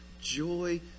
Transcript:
joy